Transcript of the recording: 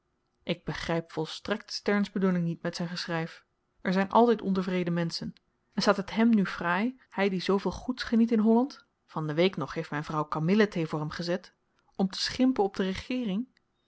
ik begryp volstrekt sterns bedoeling niet met zyn geschryf er zyn altyd ontevreden menschen en staat het hem nu fraai hy die zooveel goeds geniet in holland van de week nog heeft myn vrouw kamillenthee voor hem gezet om te schimpen op de regeering